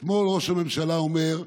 אתמול ראש הממשלה אומר: